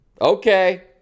Okay